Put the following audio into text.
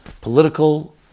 political